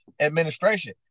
administration